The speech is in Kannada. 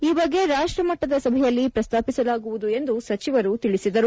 ಈ ಬಗ್ಗೆ ರಾಷ್ವ ಮಟ್ಟದ ಸಭೆಯಲ್ಲಿ ಪ್ರಸ್ತಾಪಿಸಲಾಗುವುದು ಎಂದು ಸಚಿವರು ತಿಳಿಸಿದರು